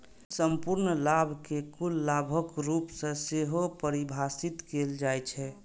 संपूर्ण लाभ कें कुल लाभक रूप मे सेहो परिभाषित कैल जाइ छै